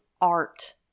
art